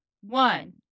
one